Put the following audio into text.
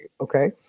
Okay